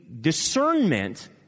discernment